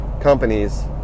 companies